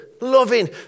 loving